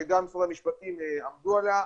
שגם במשרד המשפטים עמדו עליה,